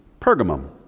Pergamum